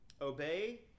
Obey